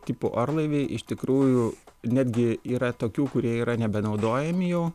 tipų orlaiviai iš tikrųjų netgi yra tokių kurie yra nebenaudojami jau